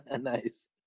Nice